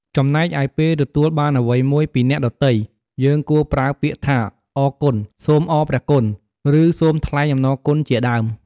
ចំណែកឯពេលទទួលបានអ្វីមួយពីអ្នកដទៃ យើងគួរប្រើពាក្យថា "អរគុណ" "សូមអរព្រះគុណ" ឬ "សូមថ្លែងអំណរគុណ" ជាដើម។